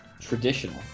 traditional